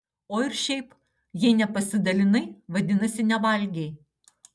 o ir šiaip jei nepasidalinai vadinasi nevalgei